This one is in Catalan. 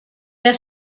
per